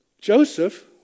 Joseph